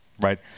right